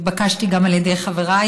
התבקשתי גם על ידי חבריי,